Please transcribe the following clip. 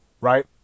Right